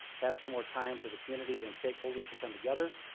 have so more time for the community and stakeholders to come together.